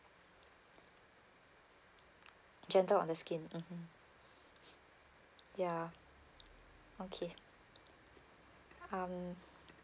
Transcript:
gentle on the skin mmhmm ya okay um